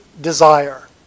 desire